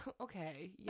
Okay